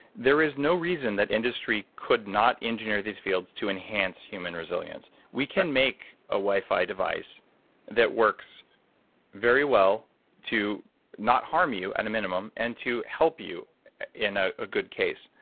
there is no reason that industry could not engineer these fields to enhance human resilience. we can make a wi-fi device that works very well to not harm you, at and a minimum, and to help you in ah a good case.